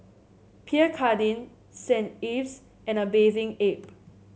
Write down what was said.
Pierre Cardin Saint Ives and A Bathing Ape